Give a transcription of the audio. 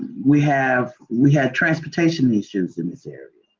we have we have transportation issues in this area.